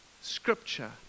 scripture